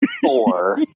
four